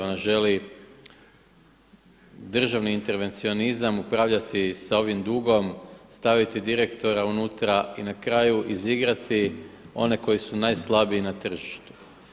Ona želi državni intervencionizam upravljati sa ovim dugom, staviti direktora unutra i na kraju izigrati one koji su najslabiji na tržištu.